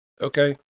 Okay